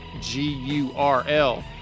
G-U-R-L